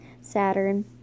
Saturn